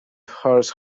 horse